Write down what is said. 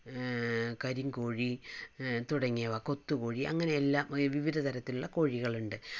കരിംകോഴി തുടങ്ങിയവ കൊത്ത് കോഴി അങ്ങനെയെല്ലാം വിവിധതരത്തിലുള്ള കോഴികളുണ്ട്